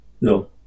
No